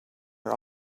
are